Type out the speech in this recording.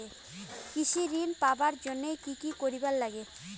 কৃষি ঋণ পাবার জন্যে কি কি করির নাগিবে?